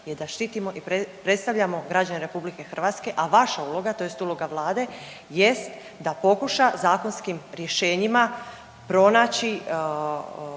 je da štitimo i predstavljamo građane RH, a vaša uloga tj. uloga vlade jest da pokuša zakonskim rješenjima pronaći